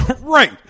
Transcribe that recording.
Right